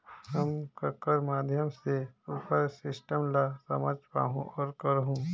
हम ककर माध्यम से उपर सिस्टम ला समझ पाहुं और करहूं?